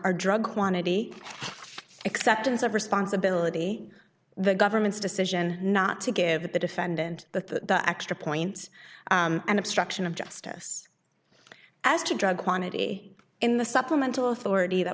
our drug quantity acceptance of responsibility the government's decision not to give the defendant the extra points and obstruction of justice as to drug quantity in the supplemental authority that